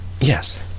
Yes